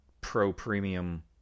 pro-premium